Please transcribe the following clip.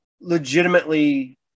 legitimately